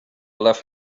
left